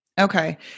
Okay